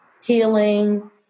healing